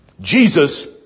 Jesus